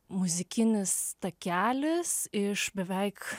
muzikinis takelis iš beveik